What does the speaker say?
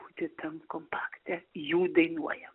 būti tam kompakte jų dainuojama